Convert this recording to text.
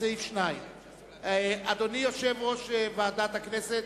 סעיף 2. אדוני יושב-ראש ועדת הכנסת,